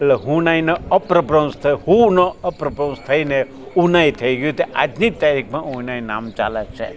એટલે હું ના ઈનો અપ્રભ્રંશ થઈ હુંનો અપ્રભ્રંશ થઈને ઉનાઈ થઈ ગયું તે આજની તારીખમાં ઉનાઈ નામ ચાલે છે